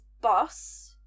boss